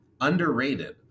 underrated